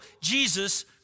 Jesus